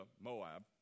Moab